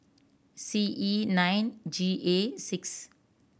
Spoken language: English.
C E nine G A six